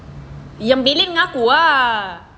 yang belen dengan aku ah